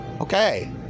Okay